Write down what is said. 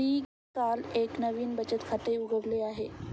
मी काल एक नवीन बचत खाते उघडले आहे